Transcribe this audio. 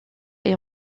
est